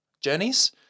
journeys